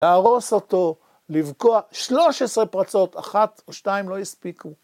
להרוס אותו, לבקוע 13 פרצות, אחת או שתיים לא הספיקו.